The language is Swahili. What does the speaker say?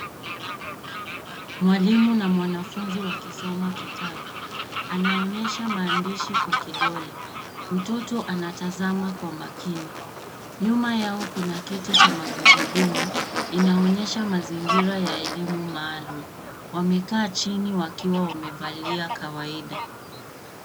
Mwalimu na mwanafunzi wakisoma kitabu anaonyesha maandishi kwa vidole mtoto anatazama kwa makini nyuma yao kuna kiti cha magurudumu inaonyesha mazingira ya elimu maalum wamekaa chini wakiwa wamevalia kawaida